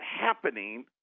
happening